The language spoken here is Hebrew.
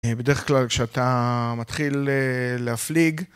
בדרך כלל כשאתה מתחיל להפליג...